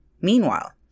Meanwhile